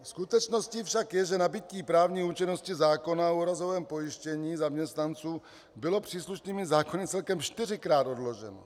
Skutečností však je, že nabytí právní účinnosti zákona o úrazovém pojištění zaměstnanců bylo příslušnými zákony celkem čtyřikrát odloženo.